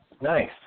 Nice